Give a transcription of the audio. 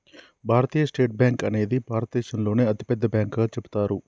భారతీయ state bank అనేది భారతదేశంలోనే అతిపెద్ద బ్యాంకుగా చెబుతారు